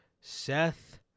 Seth